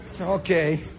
Okay